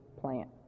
plant